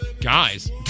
Guys